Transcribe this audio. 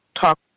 talk